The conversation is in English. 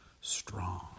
strong